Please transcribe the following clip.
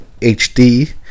HD